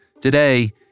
Today